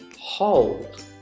hold